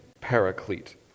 paraclete